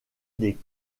des